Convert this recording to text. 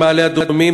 במעלה-אדומים,